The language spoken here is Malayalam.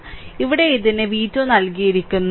ഇവിടെ ഇതിന് v2 നൽകിയിരിക്കുന്നു